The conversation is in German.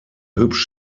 hübsch